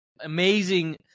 Amazing